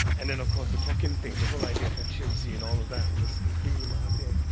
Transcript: and then of course the clock-in thing, the whole idea of efficiency and all of that was completely mahathir,